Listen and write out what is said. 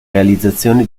realizzazione